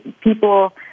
people